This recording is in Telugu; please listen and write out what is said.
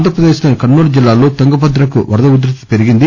ఆంధ్ర ప్రదేశ్ లోని కర్నూలు జిల్లాలో తుంగభద్ర కు వరద ఉద్భతి పెరిగింది